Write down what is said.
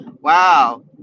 Wow